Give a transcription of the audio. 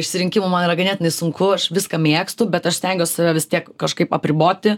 išsirinkimu man yra ganėtinai sunku aš viską mėgstu bet aš stengiuos save vis tiek kažkaip apriboti